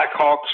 Blackhawks